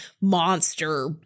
monster